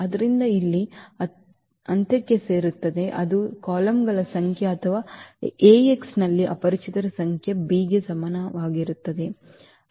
ಆದ್ದರಿಂದ ಇದು ಇಲ್ಲಿ ಅಂತ್ಯಕ್ಕೆ ಸೇರಿಸುತ್ತದೆ ಅದು ಕಾಲಮ್ಗಳ ಸಂಖ್ಯೆ ಅಥವಾ ಏಕ್ಸ್ನಲ್ಲಿ ಅಪರಿಚಿತರ ಸಂಖ್ಯೆ b ಗೆ ಸಮಾನವಾಗಿರುತ್ತದೆ